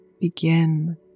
Begin